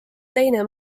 teine